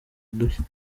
udushya